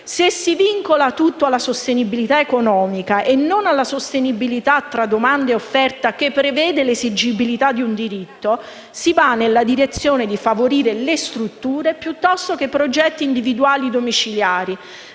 Se si vincola tutto alla sostenibilità economica e non alla sostenibilità tra domanda e offerta, che prevede l'esigibilità di un diritto, si va nella direzione di favorire le strutture piuttosto che progetti individuali domiciliari.